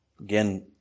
Again